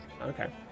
Okay